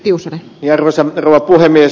arvoisa rouva puhemies